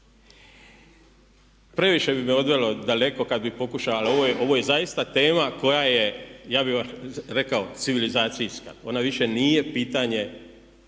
Previše bi me odvelo daleko kad bi pokušao, ali ovo je zaista tema koja je, ja bi vam rekao civilizacijska. Ona više nije pitanje